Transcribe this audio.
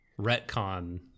retcon